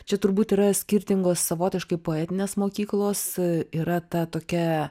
čia turbūt yra skirtingos savotiškai poetinės mokyklos yra ta tokia